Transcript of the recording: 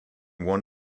one